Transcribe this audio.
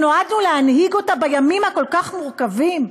שנועדנו להנהיג אותה בימים הכל-כך מורכבים?